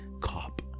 cop